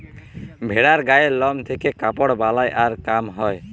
ভেড়ার গায়ের লম থেক্যে কাপড় বালাই আর কাম হ্যয়